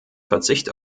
verzicht